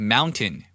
Mountain